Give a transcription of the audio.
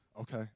Okay